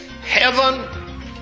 heaven